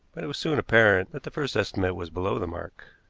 but it was soon apparent that the first estimate was below the mark.